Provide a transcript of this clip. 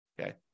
Okay